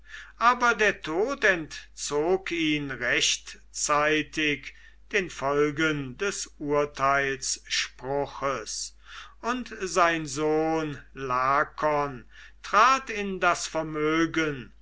aber der tod entzog ihn rechtzeitig den folgen des urteilsspruches und sein sohn lakon trat in das vermögen